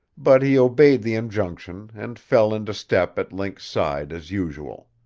but he obeyed the injunction, and fell into step at link's side as usual.